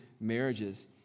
marriages